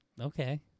Okay